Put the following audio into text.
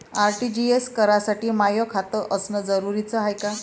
RTGS करासाठी माय खात असनं जरुरीच हाय का?